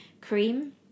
cream